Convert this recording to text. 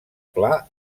pla